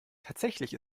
tatsächlich